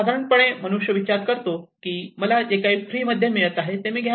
साधारणपणे गरीब मनुष्य विचार करतो की मला जे काही फ्री मध्ये मिळत आहे ते मी घ्यावे